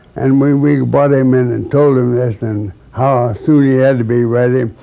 and when we brought him in and told him this and how soon he had to be ready,